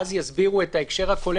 ואז נציגי הממשלה יסבירו את ההקשר הכולל.